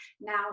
now